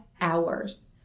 hours